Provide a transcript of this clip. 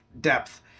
depth